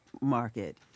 market